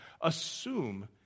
assume